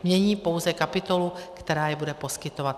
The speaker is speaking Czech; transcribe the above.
Mění pouze kapitolu, která je bude poskytovat.